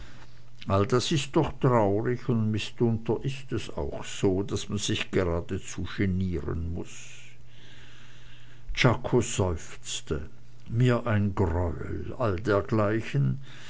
all das ist doch traurig und mitunter ist es auch so daß man sich geradezu genieren muß czako seufzte mir ein greuel all